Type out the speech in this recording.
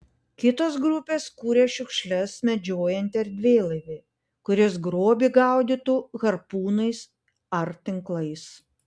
kitos grupės kuria šiukšles medžiojantį erdvėlaivį kuris grobį gaudytų harpūnais ar tinklais